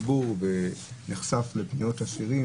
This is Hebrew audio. מי שרגיל בפניות ציבור ונחשף לפניות אסירים